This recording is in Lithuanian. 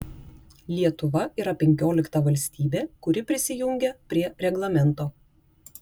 lietuva yra penkiolikta valstybė kuri prisijungia prie reglamento